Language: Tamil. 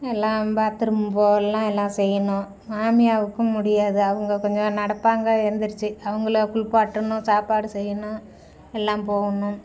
எல்லாம் பாத்ரூம் போகல்லாம் எல்லாம் செய்யணும் மாமியாருக்கும் முடியாது அவங்க கொஞ்சம் நடப்பாங்க எந்துருச்சு அவங்கள குளிப்பாட்டணும் சாப்பாடு செய்யணும் எல்லாம் போகணும்